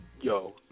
yo